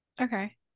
Okay